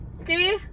Okay